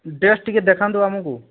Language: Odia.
ଡ୍ରେସ ଟିକେ ଦେଖାନ୍ତୁ ଆମକୁ